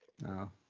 No